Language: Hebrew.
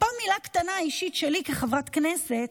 ופה מילה קטנה אישית שלי כחברת כנסת.